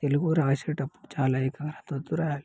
తెలుగు రాసేటప్పుడు చాలా ఏకాగ్రతతో రాయాలి